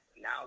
Now